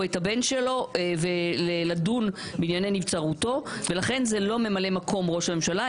את הבן שלו לדון בענייני נבצרותו ולכן זה לא ממלא מקום ראש הממשלה,